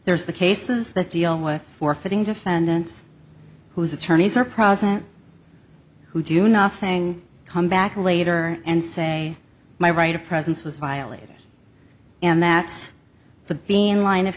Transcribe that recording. there's the cases that deal with forfeiting defendants whose attorneys are present who do nothing come back later and say my right of presence was violated and that's the being line of